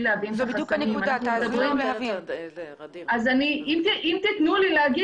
זאת בדיוק הנקודה -- ע'דיר -- אם תיתנו לי להגיד